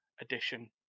edition